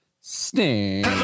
sting